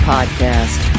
Podcast